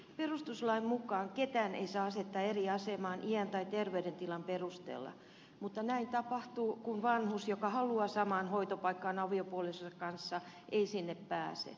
perustuslain mukaan ketään ei saa asettaa eri asemaan iän tai terveydentilan perusteella mutta näin tapahtuu kun vanhus joka haluaa samaan hoitopaikkaan aviopuolisonsa kanssa ei sinne pääse